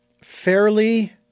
fairly